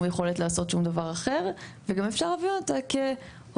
יכולת לעשות שום דבר אחר וגם אפשר להבין אותה כהוראה